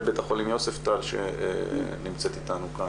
בית החולים יוספטל שנמצאת איתנו כאן.